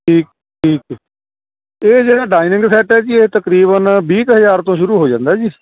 ਠੀਕ ਠੀਕ ਇਹ ਜਿਹੜਾ ਡਾਇਨਿੰਗ ਸੈੱਟ ਹੈ ਜੀ ਇਹ ਤਕਰੀਬਨ ਵੀਹ ਕੁ ਹਜ਼ਾਰ ਤੋਂ ਸ਼ੁਰੂ ਹੋ ਜਾਂਦਾ ਜੀ